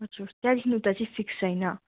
हजुर त्यहाँदेखि उता चाहिँ फिक्स छैन